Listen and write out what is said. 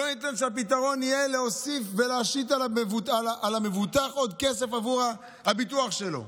לא ניתן שהפתרון יהיה להוסיף ולהשית על המבוטח עוד כסף עבור הביטוח שלו.